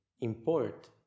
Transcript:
import